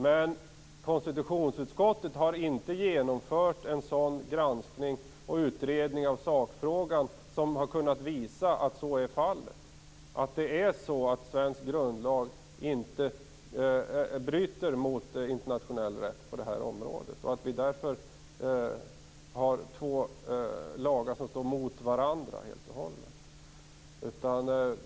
Men konstitutionsutskottet har inte genomfört en sådan granskning och utredning av sakfrågan som har kunnat visa att så är fallet. Det är inte så att svensk grundlag bryter mot internationell rätt på det här området och att vi därför har två lagar som står mot varandra helt och hållet.